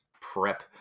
prep